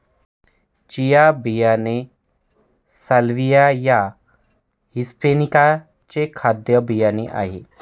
chia बियाणे Salvia या hispanica चे खाद्य बियाणे आहे